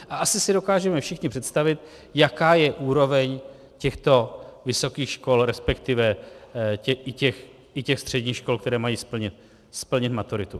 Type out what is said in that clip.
A asi si dokážeme všichni představit, jaká je úroveň těchto vysokých škol, resp. i těch středních škol, které mají splnit maturitu.